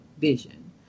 vision